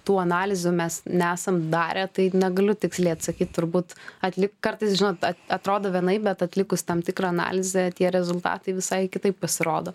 tų analizių mes nesam darę tai negaliu tiksliai atsakyt turbūt atlikt kartais žinot at atrodo vienaip bet atlikus tam tikrą analizę tie rezultatai visai kitaip pasirodo